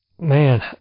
man